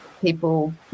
people